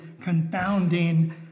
confounding